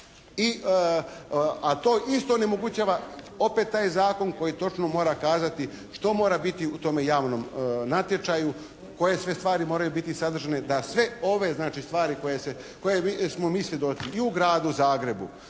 a to isto onemogućava opet taj zakon koji točno mora kazati što mora biti u tome javnom natječaju, koje sve stvari moraju biti sadržane, da sve ove znači stvari koje smo mi svjedoci i u Gradu Zagrebu